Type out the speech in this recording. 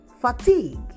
fatigue